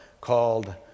called